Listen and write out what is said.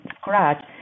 scratch